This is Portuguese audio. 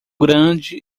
grande